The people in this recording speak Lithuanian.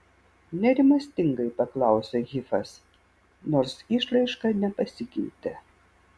nerimastingai paklausė hifas nors išraiška nepasikeitė